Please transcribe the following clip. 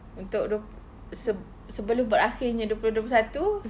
untuk dua sebelum berakhirnya dua puluh dua puluh satu